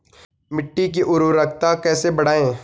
मिट्टी की उर्वरकता कैसे बढ़ायें?